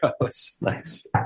Nice